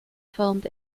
filmed